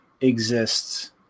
exists